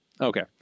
Okay